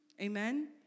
Amen